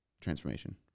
transformation